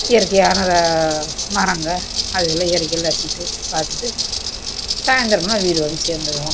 இயற்கையான மரங்கள் அதில் இயற்கைகளை ரசித்து பார்த்துட்டு சாயந்தரமா வீடு வந்து சேர்ந்துருவோம்